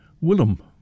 Willem